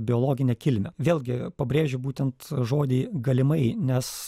biologinę kilmę vėlgi pabrėžiu būtent žodį galimai nes